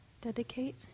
Dedicate